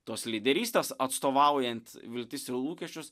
tos lyderystės atstovaujant viltis ir lūkesčius